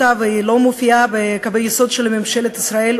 ואינה מופיעה בקווי היסוד של ממשלת ישראל,